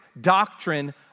doctrine